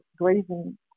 grazing